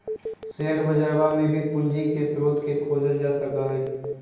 share बजरवा में भी पूंजी के स्रोत के खोजल जा सका हई